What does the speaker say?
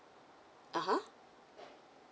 a'ah